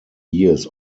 years